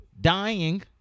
dying